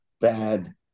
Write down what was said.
bad